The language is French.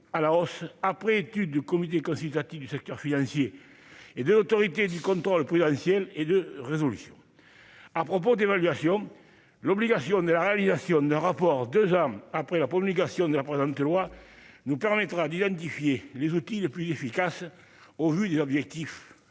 à la hausse après étude du comité consultatif du secteur financier et de l'Autorité de contrôle prudentiel et de résolution à propos d'évaluation, l'obligation de la réalisation d'un rapport 2 hommes après la promulgation de la présente loi nous permettra d'identifier les outils les plus efficaces au vu il y a l'objectif